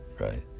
right